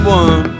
one